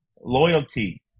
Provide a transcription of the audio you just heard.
loyalty